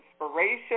inspiration